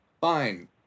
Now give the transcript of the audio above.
Fine